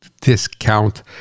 discount